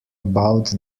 about